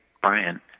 Brian